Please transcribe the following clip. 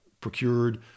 procured